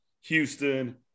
Houston